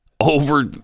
over